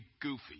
goofy